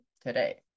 today